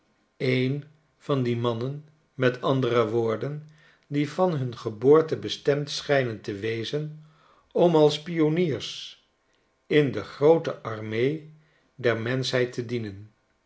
een van die mannen met andere woorden die van hun geboorte bestemd schijnen te wezen om als pioniers in de groote armee der menschheid te dienen